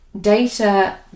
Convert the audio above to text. data